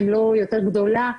אם לא יותר גדולה,